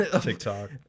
TikTok